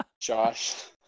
Josh